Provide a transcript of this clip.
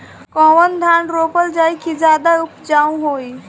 कौन धान रोपल जाई कि ज्यादा उपजाव होई?